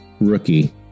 rookie